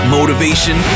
Motivation